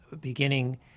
beginning